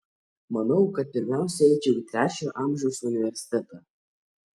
manau kad pirmiausia eičiau į trečiojo amžiaus universitetą